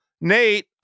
Nate